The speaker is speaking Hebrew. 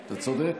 אתה צודק,